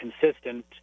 consistent